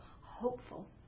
hopeful